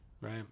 Right